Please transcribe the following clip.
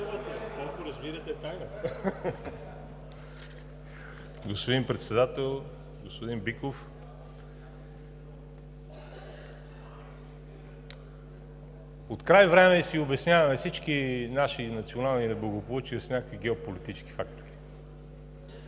(БСП за България): Господин Председател! Господин Биков, открай време си обясняваме всички наши и национални неблагополучия с някакви геополитически фактори.